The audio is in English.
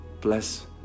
Bless